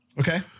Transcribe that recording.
Okay